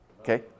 Okay